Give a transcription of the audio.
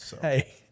Hey